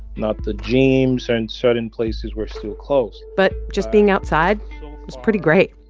not the gyms. and certain places were still closed but just being outside was pretty great.